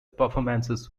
performances